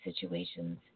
situations